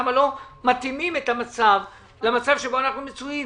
למה לא מתאימים את המצב למצב שבו אנחנו מצויים?